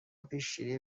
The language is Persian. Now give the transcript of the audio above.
پیشگیری